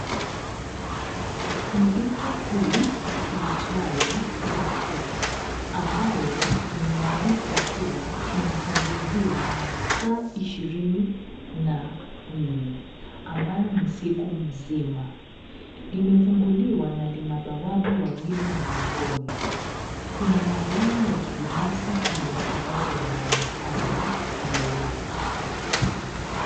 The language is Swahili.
Ni duka kuu iitwayo Carrefour ambayo imeandikwa kuwa inafunguliwa masaa ishirini na nne; ambayo ni siku nzima. Limefunguliwa na lina bawabu wawili mlangoni. Kuna magari ya kibinafsi pia ambayo yanaonekana kando yake.